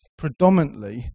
predominantly